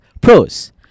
Pros